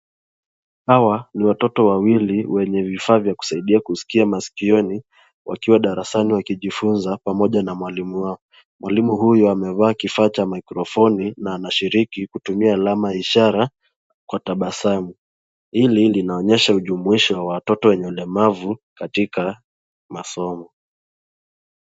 Hawa ni watoto wawili wenye vifaa vya kusaidia kuskia sikioni wakiwa darasani wakijifunza pamoja na mwalimu wao. Mwalimu huyu amevaa kifaa cha microphone na anashiriki kutumia alama ya ishara kwa tabasamu. Hili linaonyesha ujumuisho wa watoto wenye ulemavu katika masomo.